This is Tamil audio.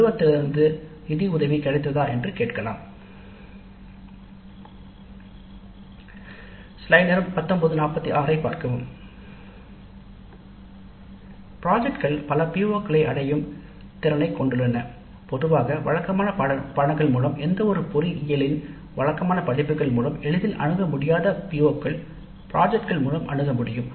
நிறுவனத்திடமிருந்து நிதி உதவி கிடைத்ததா என்று கேட்கலாம் திட்டங்கள் பல PO களை நிவர்த்தி செய்யும் திறனைக் கொண்டுள்ளன பொதுவாகவழக்கமான படிப்புகள் எந்தவொரு பொறியியலிலும் வழக்கமான படிப்புகள் மூலம் எளிதில் அணுக முடியாத PO கள் பிராஜக்ட் களின் மூலம் அணுகமுடியும்